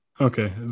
Okay